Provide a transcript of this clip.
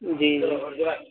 جی